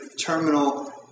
terminal